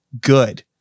good